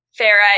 Farah